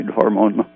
hormone